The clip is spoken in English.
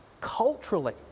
culturally